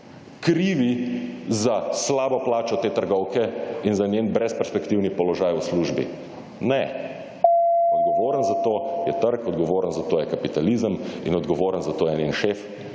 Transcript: krivi za slabo plačo te trgovke in za njen brez perspektivni položaj v službi? Ne, / znak za konec razprave/ odgovoren za to je trg, odgovoren za to je kapitalizem in odgovoren za to je njen šef,